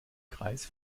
kreis